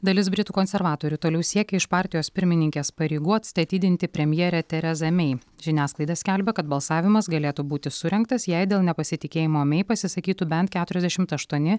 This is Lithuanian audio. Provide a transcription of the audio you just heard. dalis britų konservatorių toliau siekia iš partijos pirmininkės pareigų atstatydinti premjerę terezą mei žiniasklaida skelbia kad balsavimas galėtų būti surengtas jei dėl nepasitikėjimo mei pasisakytų bent keturiasdešimt aštuoni